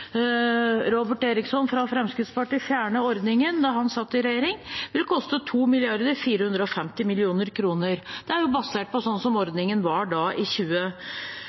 Robert Eriksson fra Fremskrittspartiet fjernet den, da han satt i regjering – vil koste 2 450 000 000 kr. Det er basert på sånn som ordningen var i